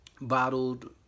Bottled